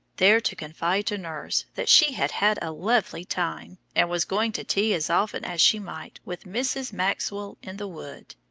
there to confide to nurse that she had had a lovely time, and was going to tea as often as she might with mrs. maxwell in the wood.